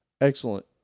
excellent